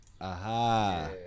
Aha